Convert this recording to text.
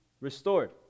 restored